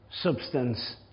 substance